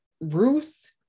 Ruth